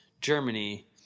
Germany